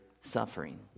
suffering